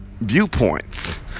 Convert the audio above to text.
Viewpoints